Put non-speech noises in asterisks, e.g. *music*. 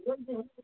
*unintelligible*